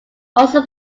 also